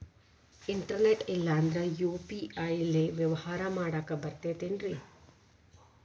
Internet ಇಲ್ಲಂದ್ರ UPI ಲೇ ವ್ಯವಹಾರ ಮಾಡಾಕ ಬರತೈತೇನ್ರೇ?